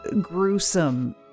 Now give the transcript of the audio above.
gruesome